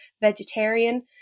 vegetarian